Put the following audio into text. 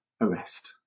arrest